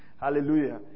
hallelujah